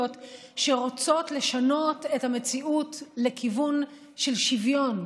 שרוצות לשנות את המציאות לכיוון של שוויון,